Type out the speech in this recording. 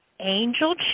Angel